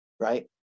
Right